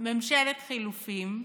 ממשלת חילופים,